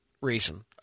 reason